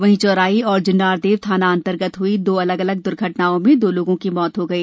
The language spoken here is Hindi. वहीं चौरई और जुन्नारदेव थाना अंतर्गत हुई दो अलग अलग दुर्घटनाओं में दो लोगों की मौत हो गई